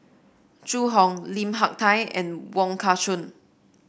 Zhu Hong Lim Hak Tai and Wong Kah Chun